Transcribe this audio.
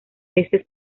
veces